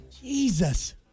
Jesus